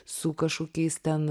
su kažkokiais ten